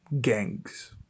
gangs